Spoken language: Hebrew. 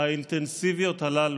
האינטנסיביות הללו,